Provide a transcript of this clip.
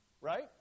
right